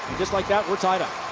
just like that, we're tied up.